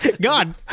God